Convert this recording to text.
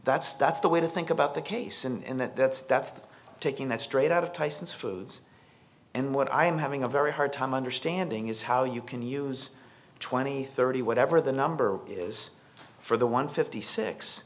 that's that's the way to think about the case and that's that's taking that straight out of tyson's foods and what i'm having a very hard time understanding is how you can use twenty thirty whatever the number is for the one fifty six